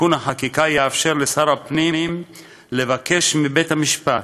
תיקון החקיקה יאפשר לשר הפנים לבקש מבית-המשפט